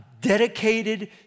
dedicated